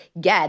get